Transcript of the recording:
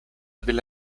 delle